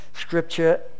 scripture